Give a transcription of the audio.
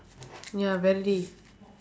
ya very